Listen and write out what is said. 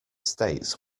states